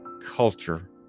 culture